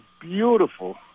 beautiful